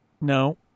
No